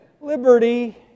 liberty